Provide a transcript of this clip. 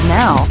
now